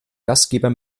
gastgeber